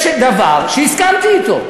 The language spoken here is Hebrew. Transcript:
יש דבר שהסכמתי אתו.